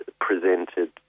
presented